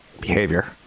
behavior